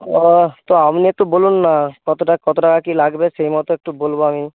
ও তো আপনি একটু বলুন না কতটা কত টাকা কী লাগবে সেই মতো একটু বলব আমি